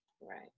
right